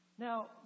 Now